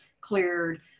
cleared